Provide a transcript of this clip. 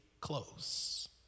close